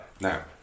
now